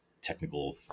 technical